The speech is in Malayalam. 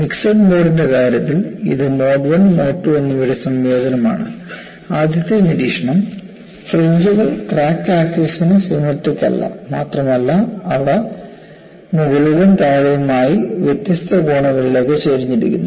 മിക്സഡ് മോഡിന്റെ കാര്യത്തിൽ ഇത് മോഡ് 1 മോഡ് 2 എന്നിവയുടെ സംയോജനമാണ് ആദ്യത്തെ നിരീക്ഷണം ഫ്രിഞ്ച്കൾ ക്രാക്ക് ആക്സിസ്ന് സിമട്രിക്ക് അല്ല മാത്രമല്ല അവ മുകളിലും താഴെയുമായി വ്യത്യസ്ത കോണുകളിലേക്ക് ചരിഞ്ഞിരിക്കുന്നു